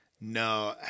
No